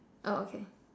oh okay